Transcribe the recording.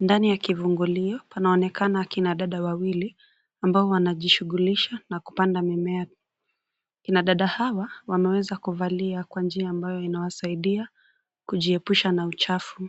Ndani ya kivungulio panaonekana akina dada wawili ambao wanajishughulisha na kupanda mimea. Kina dada hawa wameweza kuvalia kwa njia ambayo inawasaidia kujiepusha na uchafu.